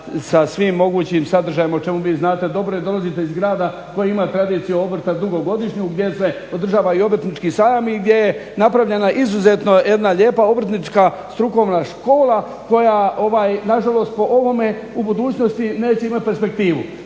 sa svim mogućim sadržajem o čemu vi znate dobro jer dolazite iz grada koji ima tradiciju obrta dugogodišnju gdje se održava i obrtnički sajam i gdje je napravljena izuzetno jedna lijepa obrtnička strukovna škola koja nažalost po ovome u budućnosti neće imati perspektivu.